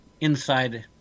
inside